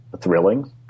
thrilling